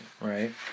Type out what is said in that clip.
right